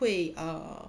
会 err